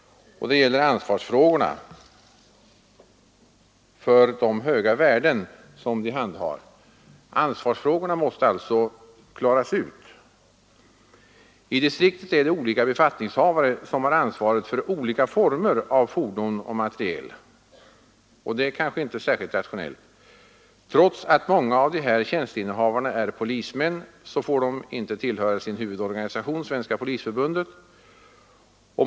Det gäller ansvaret för de höga värden som denna personal handhar. Ansvarsfrågorna måste alltså klaras ut. I distrikten är det olika befattningshavare som har ansvaret för olika former av fordon och materiel, och det är kanske inte särskilt rationellt. Trots att många av dessa tjänsteinnehavare är polismän, får de inte tillhöra sin huvudorganisation, Svenska polisförbundet.